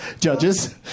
Judges